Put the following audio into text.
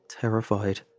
terrified